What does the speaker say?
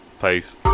Peace